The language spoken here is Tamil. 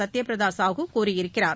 சத்தியபிரதா சாகூ கூறியிருக்கிறார்